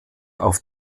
auf